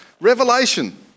Revelation